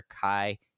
Kai